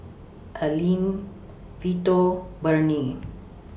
Alene Vito Burney